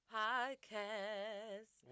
podcast